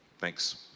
Thanks